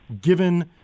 given